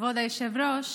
כבוד היושב-ראש,